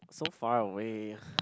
so far away